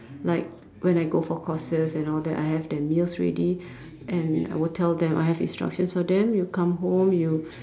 like when I go for courses and all that I have their meals ready and I would tell them I have instructions for them you come home you